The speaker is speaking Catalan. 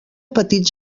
petits